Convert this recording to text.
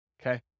okay